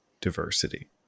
diversity